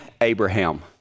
Abraham